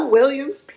Williams